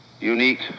unique